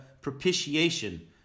propitiation